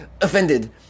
offended